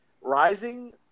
Rising